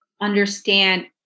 understand